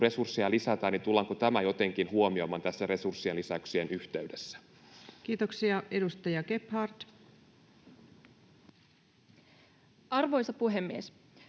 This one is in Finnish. resursseja lisätään, niin tullaanko tämä jotenkin huomioimaan tässä resurssien lisäyksien yhteydessä? Kiitoksia. — Edustaja Gebhard. Arvoisa puhemies!